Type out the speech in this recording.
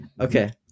Okay